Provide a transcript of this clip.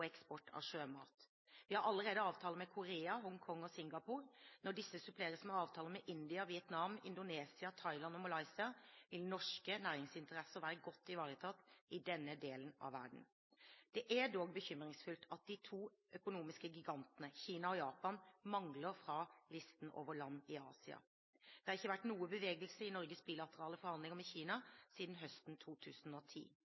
eksport av sjømat. Vi har allerede avtaler med Korea, Hongkong og Singapore. Når disse suppleres med avtaler med India, Vietnam, Indonesia, Thailand og Malaysia, vil norske næringsinteresser være godt ivaretatt i denne delen av verden. Det er dog bekymringsfullt at de to økonomiske gigantene – Kina og Japan – mangler på listen over land i Asia. Det har ikke vært noen bevegelse i Norges bilaterale forhandlinger med